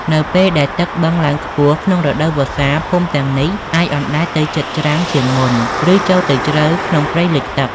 នៅពេលដែលទឹកបឹងឡើងខ្ពស់ក្នុងរដូវវស្សា ភូមិទាំងនេះអាចអណ្ដែតទៅជិតច្រាំងជាងមុន ឬចូលជ្រៅទៅក្នុងព្រៃលិចទឹក។